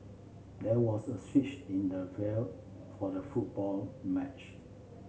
there was a switch in the for the football match